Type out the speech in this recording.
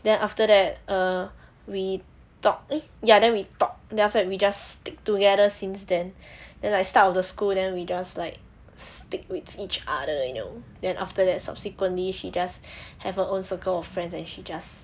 then after that err we talked eh ya we talk then after that we just stick together since then then like start of the school then we just like stick with each other you know then after that subsequently she just have her own circle of friends and she just